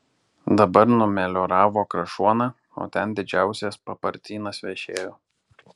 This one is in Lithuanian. dabar numelioravo krašuoną o ten didžiausias papartynas vešėjo